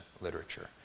literature